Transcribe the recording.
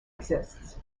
exists